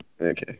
Okay